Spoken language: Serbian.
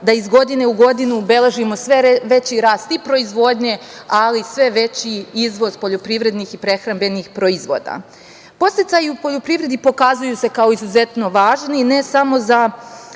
da iz godine u godinu beležimo sve veći rast i proizvodnje, ali sve veći izvoz poljoprivrednih i prehrambenih proizvoda. Podsticaji u poljoprivredi pokazuju se kao izuzetno važni ne samo za